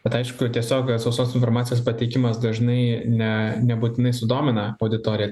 bet aišku tiesiog sausos informacijos pateikimas dažnai ne nebūtinai sudomina auditoriją